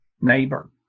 neighbor